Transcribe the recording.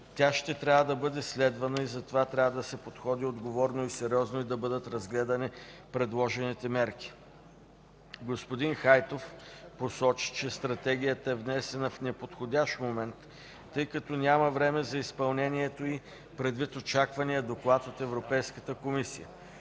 тя ще трябва да бъде следвана и за това трябва да се подходи отговорно и сериозно и да бъдат разгледани предложените мерки. Господин Хайтов посочи, че Стратегията е внесена в неподходящ момент, тъй като няма време за изпълнението й, предвид очакваният доклад от Европейската комисия.